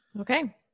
okay